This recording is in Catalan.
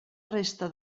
resta